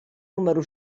número